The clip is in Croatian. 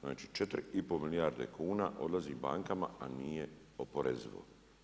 Znači 4 i pol milijarde kuna odlazi bankama a nije oporezivo.